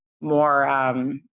more